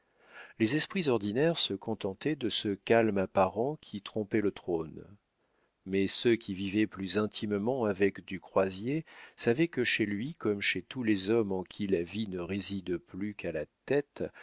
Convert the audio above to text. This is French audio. les esprits ordinaires se contentaient de ce calme apparent qui trompait le trône mais ceux qui vivaient plus intimement avec du croisier savaient que chez lui comme chez tous les hommes en qui la vie ne réside plus qu'à la tête